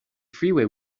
freeway